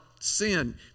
sin